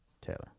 Taylor